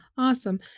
Awesome